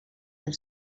del